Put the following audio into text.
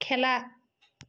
খেলা